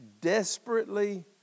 desperately